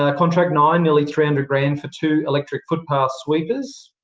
and contract nine, nearly three hundred grand for two electric footpath sweepers.